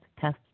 test